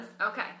Okay